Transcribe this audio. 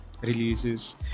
releases